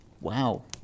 Wow